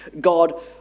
God